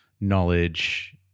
knowledge